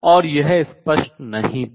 और यह स्पष्ट नहीं था